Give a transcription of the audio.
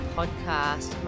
podcast